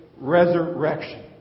resurrection